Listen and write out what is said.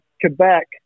Quebec